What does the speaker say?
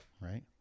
right